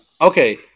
Okay